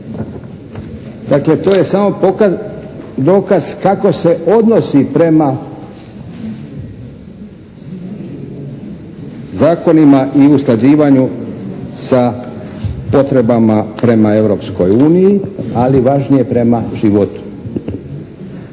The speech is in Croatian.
Dakle, to je samo dokaz kako se odnosi prema zakonima i usklađivanju sa potrebama prema Europskoj uniji ali važnije prema životu.